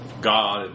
God